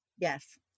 Yes